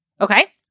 Okay